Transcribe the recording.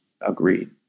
agreed